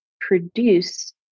produce